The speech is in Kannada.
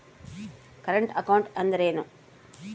ಕರೆಂಟ್ ಅಕೌಂಟ್ ಅಂದರೇನು?